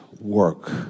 work